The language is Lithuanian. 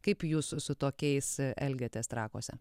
kaip jūs su tokiais elgiatės trakuose